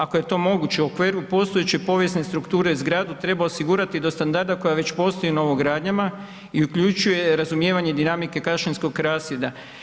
Ako je to moguće u okviru postojeće povijesne strukture, zgradu treba osigurati do standarda koja već postoji na novogradnjama i uključuje razumijevanje i dinamike kašinskog rasjeda.